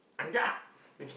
Anda okay